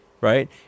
right